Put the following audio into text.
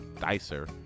Dicer